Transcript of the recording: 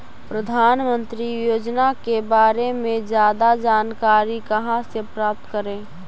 प्रधानमंत्री योजना के बारे में जादा जानकारी कहा से प्राप्त करे?